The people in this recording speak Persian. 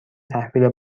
تحویل